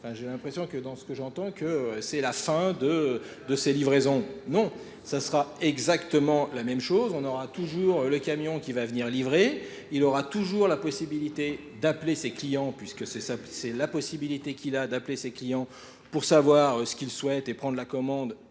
J'ai l'impression que dans ce que j'entends, c'est la fin de ces livraisons. Non, ça sera exactement la même chose. On aura toujours le camion qui va venir livrer. Il aura toujours la possibilité d'appeler ses clients, puisque c'est la possibilité qu'il a d'appeler ses clients pour savoir ce qu'ils souhaitent et prendre la commande